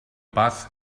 paz